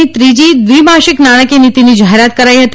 ની ત્રીજીદ્વીમાસબ્નિાણાકીય નીતીની જાહેરાત કરાઇ હતી